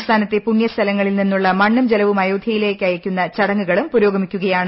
സംസ്ഥാനത്തെ പുണ്യസ്ഥലങ്ങളിൽ നിന്നുള്ള മണ്ണും ജലവും അയോദ്ധ്യയിലേക്ക് അയയ്ക്കുന്ന ചടങ്ങുകളും പുരോഗമിക്കുകയാണ്